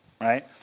right